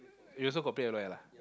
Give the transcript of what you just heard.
you also got play L_O_L ah